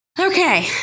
Okay